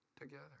together